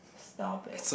stop it